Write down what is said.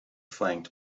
flanked